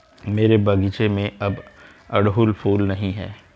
मेरे बगीचे में अब अड़हुल फूल नहीं हैं